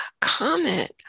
Comment